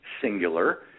singular